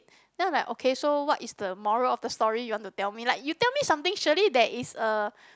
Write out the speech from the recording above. then I'm like okay so what is the moral of the story you want to tell me like you tell me something surely there is a